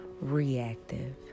reactive